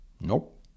Nope